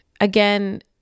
again